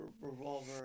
revolver